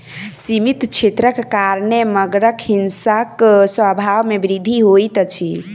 सीमित क्षेत्रक कारणेँ मगरक हिंसक स्वभाव में वृद्धि होइत अछि